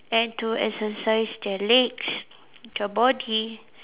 and to exercise their legs their body